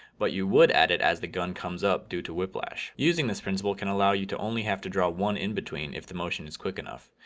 but you would add it as the gun comes up due to whiplash. using this principle can allow you to only have to draw one in between if the motion is quick enough.